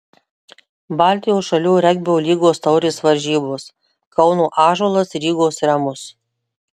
baltijos šalių regbio lygos taurės varžybos kauno ąžuolas rygos remus